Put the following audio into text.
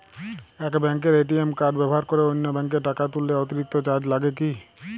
এক ব্যাঙ্কের ATM card ব্যবহার করে অন্য ব্যঙ্কে টাকা তুললে অতিরিক্ত চার্জ লাগে কি?